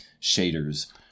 shaders